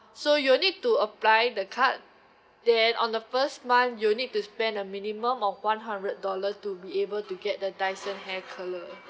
so you'll need to apply the card then on the first month you need to spend a minimum of one hundred dollars to be able to get the Dyson hair curler